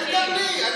תן גם לי.